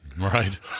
Right